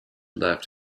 left